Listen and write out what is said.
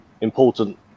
important